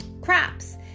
crops